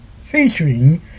featuring